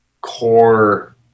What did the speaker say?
core